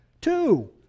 Two